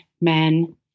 men